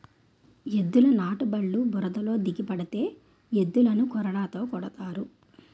ఎద్దుల నాటుబల్లు బురదలో దిగబడితే ఎద్దులని కొరడాతో కొడతారు